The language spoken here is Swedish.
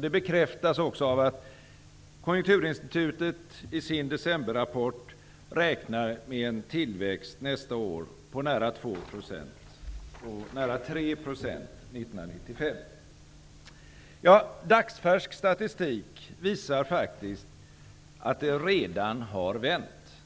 Det bekräftas av att Konjunkturinstitutet i sin decemberrapport räknar med en tillväxt nästa år på nära 2 % och nära 3 % 1995. Dagsfärsk statistik visar faktiskt att det redan har vänt.